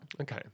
Okay